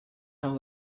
all